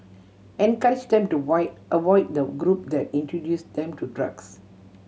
encourage them to void avoid the group that introduce them to drugs